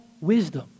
wisdom